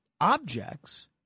objects –